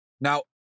Now